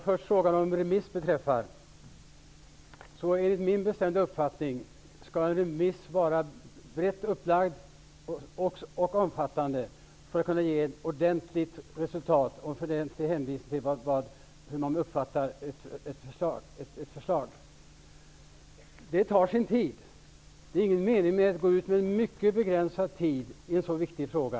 Herr talman! Enligt min bestämda uppfattning skall en remiss vara brett upplagd för att kunna ge en ordentlig fingervisning om hur ett förslag uppfattas. Det tar sin tid. Det är ingen mening med att gå ut med en remiss på mycket begränsad tid i en så viktig fråga.